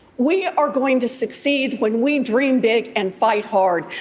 we are going to succeed when we dream big and fight hard,